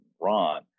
Ron